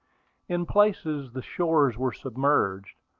in places the shores were submerged,